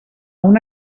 una